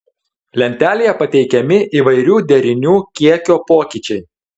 lentelėje pateikiami įvairių derinių kiekio pokyčiai